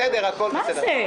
בסדר, הכול בסדר.